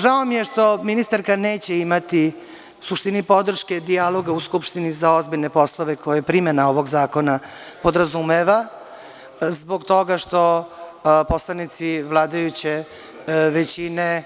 Žao mi je što ministarka neće imati, u suštini, podrške dijaloga u Skupštini za ozbiljne poslove koje primena ovog zakona podrazumeva, zbog toga što poslanici vladajuće većine